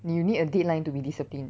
you need a deadline to be disciplined